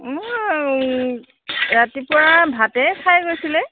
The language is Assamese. ৰাতিপুৱা ভাতেই খাই গৈছিলে